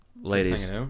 ladies